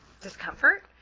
discomfort